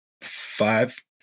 five